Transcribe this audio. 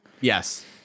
Yes